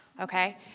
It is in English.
okay